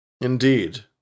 Indeed